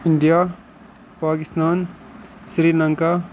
India Pakistan Sri Lanka